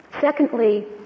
Secondly